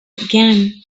again